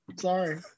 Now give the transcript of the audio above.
Sorry